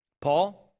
Paul